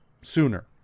sooner